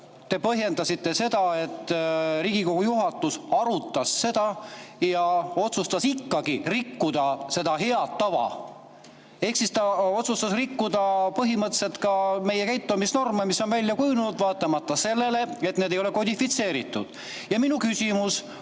te põhjendasite nii, et Riigikogu juhatus arutas seda ja otsustas ikkagi rikkuda head tava ehk siis ta otsustas rikkuda põhimõtteliselt ka meie käitumisnorme, mis on välja kujunenud, vaatamata sellele, et need ei ole kodifitseeritud. Ja minu küsimus: